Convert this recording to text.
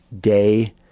day